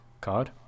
card